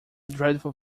dreadful